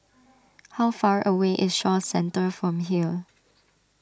how far away is Shaw Centre from here